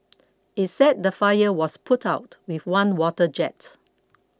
it said the fire was put out with one water jet